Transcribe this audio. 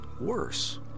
worse